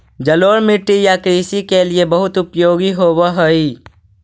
जलोढ़ मिट्टी या कृषि के लिए बहुत उपयोगी होवअ हई